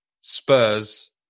Spurs